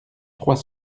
trois